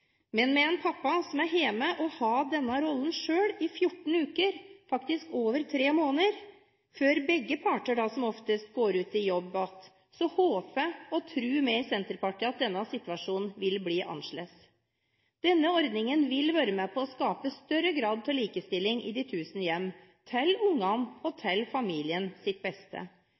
Men med en pappa som er hjemme og har denne rollen i 14 uker – faktisk over tre måneder – før begge parter, som oftest, går ut i jobb igjen, håper og tror vi i Senterpartiet at denne situasjonen vil bli annerledes. Denne ordningen vil være med på å skape større grad av likestilling i de tusen hjem, til barnas og